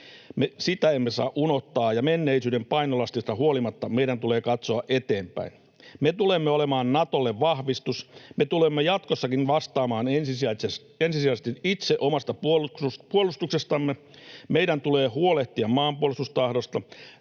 sitä emme saa unohtaa, ja menneisyyden painolastista huolimatta meidän tulee katsoa eteenpäin. Me tulemme olemaan Natolle vahvistus. Me tulemme jatkossakin vastaamaan ensisijaisesti itse omasta puolustuksestamme. Meidän tulee huolehtia maanpuolustustahdosta,